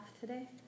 today